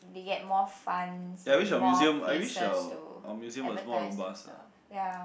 they get more funds and more places to advertise themselves ya